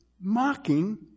mocking